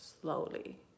Slowly